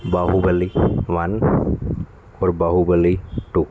Baahubali one ਔਰ Baahubali to